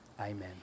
Amen